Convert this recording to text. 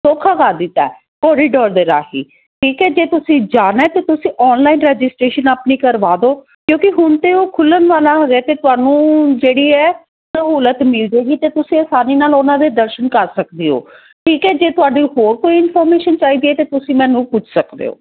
ਸੌਖਾ ਕਰ ਦਿੱਤਾ ਕੋਰੀਡੋਰ ਦੇ ਰਾਹੀਂ ਠੀਕ ਹੈ ਜੇ ਤੁਸੀਂ ਜਾਣਾ ਤਾਂ ਤੁਸੀਂ ਔਨਲਾਈਨ ਰਜਿਸਟ੍ਰੇਸ਼ਨ ਆਪਣੀ ਕਰਵਾ ਦਿਓ ਕਿਉਂਕਿ ਹੁਣ ਤਾਂ ਉਹ ਖੁੱਲਣ ਵਾਲਾ ਹੋਵੇ ਅਤੇ ਤੁਹਾਨੂੰ ਜਿਹੜੀ ਹੈ ਸਹੂਲਤ ਮਿਲ ਜੇਗੀ ਅਤੇ ਤੁਸੀਂ ਆਸਾਨੀ ਨਾਲ ਉਹਨਾਂ ਦੇ ਦਰਸ਼ਨ ਕਰ ਸਕਦੇ ਹੋ ਠੀਕ ਹੈ ਜੇ ਤੁਹਾਡੀ ਹੋਰ ਕੋਈ ਇਨਫੋਰਮੇਸ਼ਨ ਚਾਹੀਦੀ ਹੈ ਤਾਂ ਤੁਸੀਂ ਮੈਨੂੰ ਪੁੱਛ ਸਕਦੇ ਹੋ